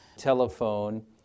telephone